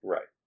Right